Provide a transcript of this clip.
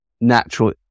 natural